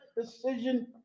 decision